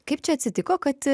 kaip čia atsitiko kad